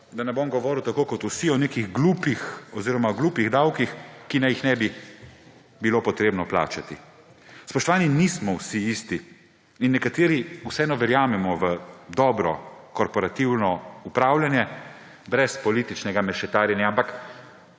da ne bom govoril tako kot vsi o nekih glupih davkih, ki naj jih ne bi bilo potrebno plačati. Spoštovani, nismo vsi isti in nekateri vseeno verjamemo v dobro korporativno upravljanje brez političnega mešetarjenja. Ampak